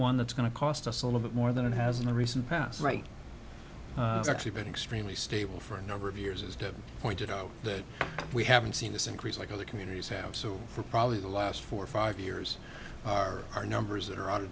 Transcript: one that's going to cost us a little bit more than it has in the recent past right actually been extremely stable for a number of years as dave pointed out that we haven't seen this increase like other communities have so for probably the last four or five years are our numbers that are o